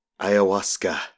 Ayahuasca